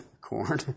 corn